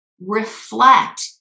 reflect